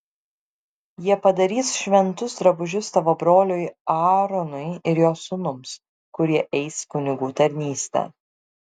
jie padarys šventus drabužius tavo broliui aaronui ir jo sūnums kurie eis kunigų tarnystę